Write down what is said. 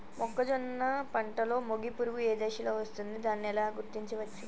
మొక్కజొన్న పంటలో మొగి పురుగు ఏ దశలో వస్తుంది? దానిని ఎలా గుర్తించవచ్చు?